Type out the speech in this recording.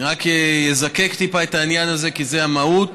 אני אזקק טיפה את העניין הזה, כי זה המהות.